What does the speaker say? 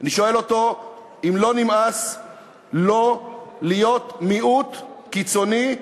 אני שואל אותו אם לא נמאס לו להיות מיעוט קיצוני,